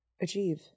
achieve